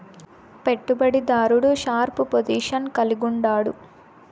పెట్టుబడి దారుడు sharp position కలిగుండాడు